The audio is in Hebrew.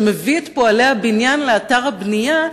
שמביא את פועלי הבניין לאתר הבנייה,